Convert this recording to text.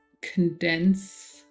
condense